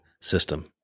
system